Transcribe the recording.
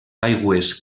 aigües